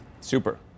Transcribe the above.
Super